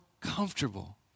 comfortable